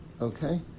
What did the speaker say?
Okay